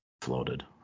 floated